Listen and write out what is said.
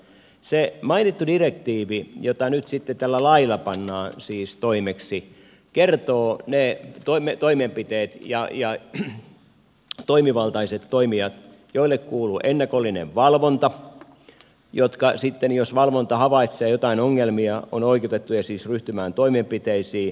se mainittu direktiivi jota nyt sitten tällä lailla pannaan siis toimeksi kertoo ne toimenpiteet ja toimivaltaiset toimijat joille kuuluu ennakollinen valvonta jotka sitten jos valvonta havaitsee jotain ongelmia ovat siis oikeutettuja ryhtymään toimenpiteisiin